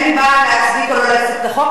אינני באה להצדיק או לא להצדיק את החוק,